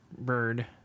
bird